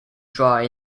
dry